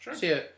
Sure